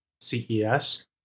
CES